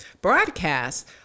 broadcast